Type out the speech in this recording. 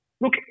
Look